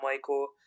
Michael